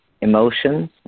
emotions